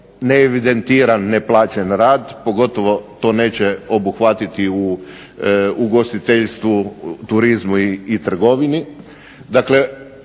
neevidentiran, neplaćen rad, pogotovo to neće obuhvatiti u ugostiteljstvu, turizmu i trgovini.